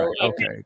okay